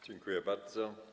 Dziękuję bardzo.